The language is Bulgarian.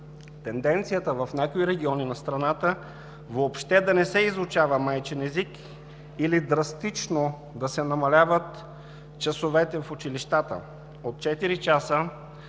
тенденцията в някои региони на страната въобще да не се изучава майчин език или драстично да се намаляват часовете в училищата – от